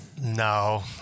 No